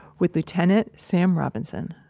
with lieutenant sam robinson.